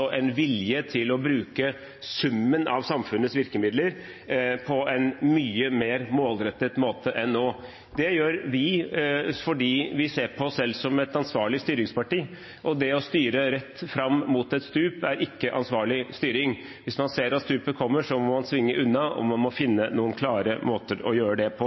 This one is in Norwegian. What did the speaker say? en vilje til å bruke summen av samfunnets virkemidler på en mye mer målrettet måte enn nå. Dette gjør vi fordi vi ser på oss selv som et ansvarlig styringsparti. Å styre rett fram mot et stup er ikke ansvarlig styring. Hvis man ser at stupet kommer, må man svinge unna og finne noen klare måter å gjøre det på.